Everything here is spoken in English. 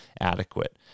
adequate